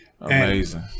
Amazing